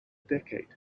decade